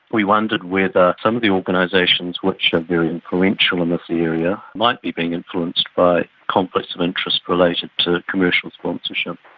we wondered whether some of the organisations, which are very influential in this area, might be being influenced by conflicts of interest related to commercial sponsorship.